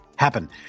happen